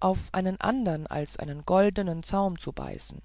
auf einen andern als einen goldenen zaum zu beißen